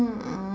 hmm